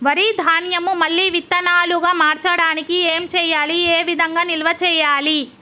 వరి ధాన్యము మళ్ళీ విత్తనాలు గా మార్చడానికి ఏం చేయాలి ఏ విధంగా నిల్వ చేయాలి?